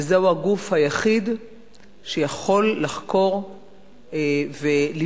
וזה הגוף היחיד שיכול לחקור ולבדוק